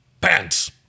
Pants